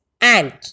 Ant